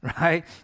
right